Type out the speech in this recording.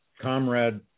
comrade